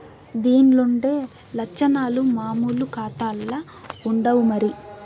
దీన్లుండే లచ్చనాలు మామూలు కాతాల్ల ఉండవు మరి